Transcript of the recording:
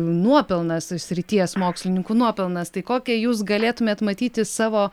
nuopelnas srities mokslininkų nuopelnas tai kokią jūs galėtumėt matyti savo